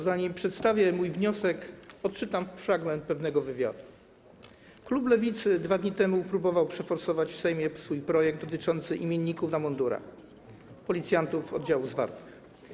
Zanim przedstawię mój wniosek, odczytam fragment pewnego wywiadu: Klub Lewicy 2 dni temu próbował przeforsować w Sejmie swój projekt dotyczący imienników na mundurach policjantów oddziałów zwartych.